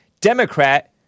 Democrat